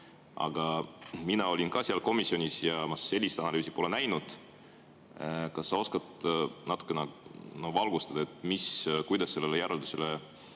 Aga mina olin ka seal komisjonis ja ma sellist analüüsi pole näinud. Kas sa oskad natukene valgustada, kuidas sellele järeldusele